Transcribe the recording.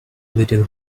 little